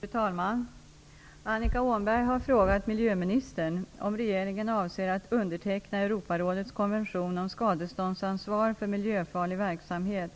Fru talman! Annika Åhnberg har frågat miljöministern om regeringen avser att underteckna Europarådets konvention om skadeståndsansvar för miljöfarlig verksamhet